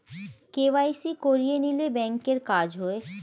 KYC করিয়ে নিলে ব্যাঙ্কের কাজ হয়